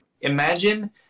imagine